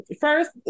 First